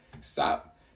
Stop